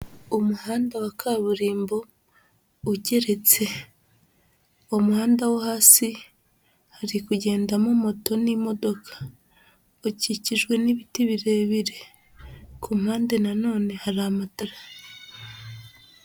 Umuhanda wa kaburimbo ugeretse, umuhanda wo hasi hari kugendamo moto n'imodoka ukikijwe n'ibiti birebire, ku mpande nanone hari amatara.